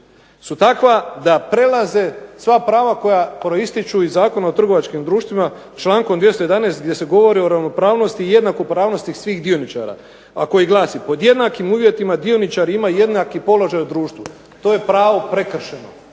su takva da prelaze sva prava koja proistječu iz Zakona o trgovačkim društvima člankom 211. gdje se govori o ravnopravnosti i jednakopravnosti svih dioničara, a koji glasi: "pod jednakim uvjetima dioničar ima jednaki položaj u društvu." To je pravo prekršeno.